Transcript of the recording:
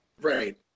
Right